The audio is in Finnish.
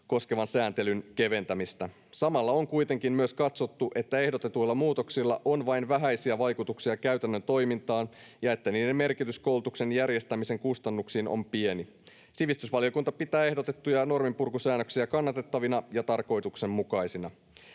koskevan sääntelyn keventämistä. Samalla on kuitenkin myös katsottu, että ehdotetuilla muutoksilla on vain vähäisiä vaikutuksia käytännön toimintaan ja että niiden merkitys koulutuksen järjestämisen kustannuksiin on pieni. Sivistysvaliokunta pitää ehdotettuja norminpurkusäännöksiä kannatettavina ja tarkoituksenmukaisina.